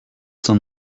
some